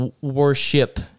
worship